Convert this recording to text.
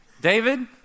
David